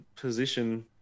position